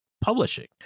publishing